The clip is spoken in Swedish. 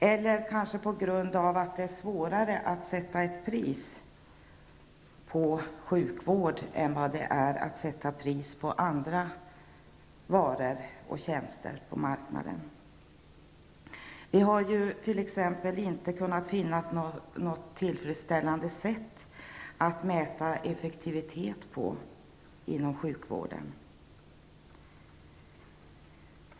Det kanske också är svårare att sätta ett pris på sjukvård än på andra varor och tjänster på marknaden. Vi har t.ex. inte kunnat finna något tillfredsställande sätt för att mäta effektiviteten genom sjukvården.